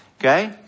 Okay